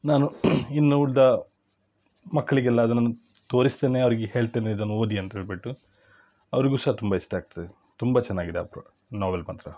ನಾನು ಇನ್ನು ಉಳಿದ ಮಕ್ಕಳಿಗೆಲ್ಲ ಅದನ್ನ ತೋರಿಸ್ತೇನೆ ಅವರಿಗೆ ಹೇಳ್ತೇನೆ ಇದನ್ನು ಓದಿ ಅಂತ ಹೇಳಿಬಿಟ್ಟು ಅವ್ರಿಗೂ ಸಹ ತುಂಬ ಇಷ್ಟ ಆಗ್ತದೆ ತುಂಬ ಚೆನ್ನಾಗಿದೆ ಆ ತ್ವ ನೊವೆಲ್ ಮಾತ್ರ